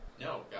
No